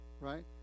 Right